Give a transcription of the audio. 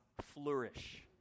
flourish